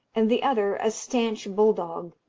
and the other a stanch bull-dog,